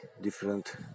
different